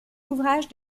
ouvrage